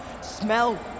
Smell